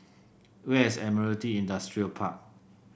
where is Admiralty Industrial Park